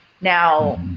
Now